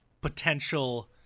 potential